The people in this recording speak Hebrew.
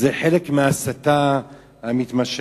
זה חלק מההסתה המתמשכת.